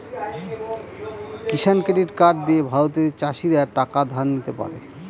কিষান credit card দিয়ে ভারতের চাষীরা টাকা ধার নিতে পারে